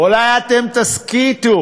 אולי אתם תסכיתו,